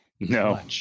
No